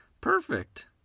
Perfect